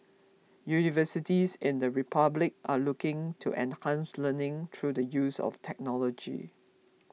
universities in the Republic are looking to enhance learning through the use of technology